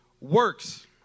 works